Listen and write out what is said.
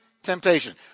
temptation